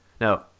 Now